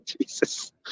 Jesus